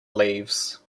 leaves